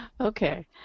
Okay